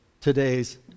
today's